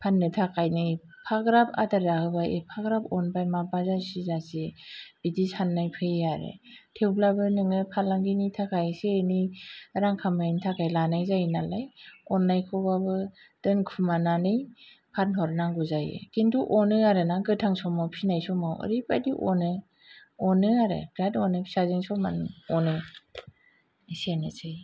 फाननो थाखायनो एफाग्राब आदार जाहोबाय एफाग्राब अनबाय माबा जासि जासि बिदि साननाय फैयो आरो थेवब्लाबो नोङो फालांगिनि थाखाइ इसे इनै रां खामायनो थाखाय लानाय जायो नालाय अननायखौबाबो दोनखुमानानै फानहरनांगौ जायो खिन्थु अनो आरो ना गोथां समाव फिनाय समाव ओरैबादि अनो अनो आरो फिसाजों समाननो अनो इसेनोसै